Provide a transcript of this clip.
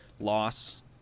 loss